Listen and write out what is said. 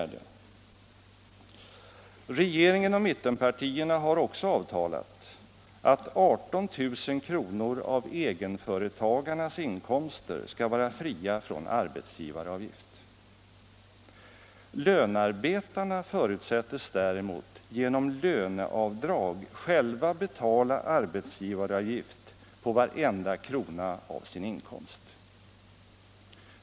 Regeringen och mittenpartierna har också avtalat att 18 000 kr. av egenföretagarnas inkomster skall vara fria från arbetsgivaravgift. Lönarbetarna förutsättes däremot genom löneavdrag själva betala arbetsgivaravgift på varenda krona av sin inkomst.